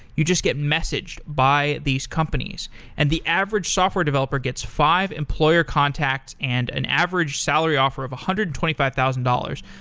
you just get messaged by these companies and the average software developer gets five employer contacts and an average salary offer of one hundred and twenty five thousand dollars.